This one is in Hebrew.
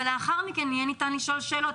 ולאחר מכן ניתן יהיה לשאול שאלות.